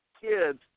kids